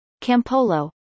Campolo